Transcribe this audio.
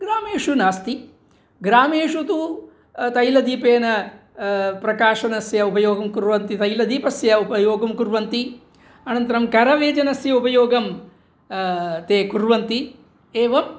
ग्रामेषु नास्ति ग्रामेषु तु तैलदीपेन प्रकाशनस्य उपयोगं कुर्वन्ति तैलदीपस्य उपयोगं कुर्वन्ति अनन्तरं करव्यजनस्य उपयोगं ते कुर्वन्ति एव